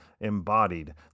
embodied